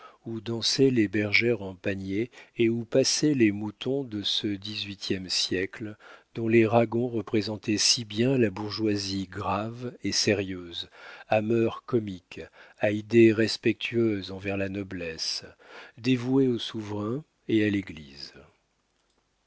où dansaient les bergères en paniers et où paissaient les moutons de ce dix-huitième siècle dont les ragon représentaient si bien la bourgeoisie grave et sérieuse à mœurs comiques à idées respectueuses envers la noblesse dévouée au souverain et à l'église